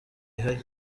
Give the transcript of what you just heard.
rihari